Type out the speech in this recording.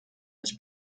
his